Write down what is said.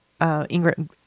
ingrid